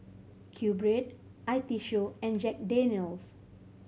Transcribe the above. QBread I T Show and Jack Daniel's